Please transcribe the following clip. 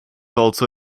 also